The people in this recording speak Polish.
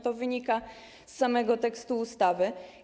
To wynika z samego tekstu ustawy.